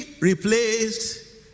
replaced